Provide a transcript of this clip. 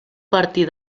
partir